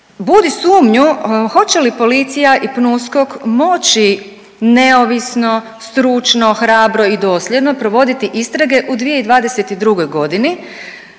budi sumnju hoće li policija i PNUSKOK moći neovisno, stručno, hrabro i dosljedno provoditi istrage u 2022.g.